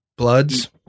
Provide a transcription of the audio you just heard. Bloods